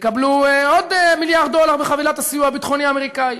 תקבלו עוד מיליארד דולר בחבילת הסיוע הביטחוני האמריקני.